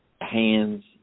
hands